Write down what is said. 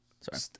Sorry